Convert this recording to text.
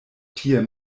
tie